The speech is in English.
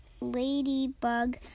Ladybug